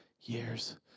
years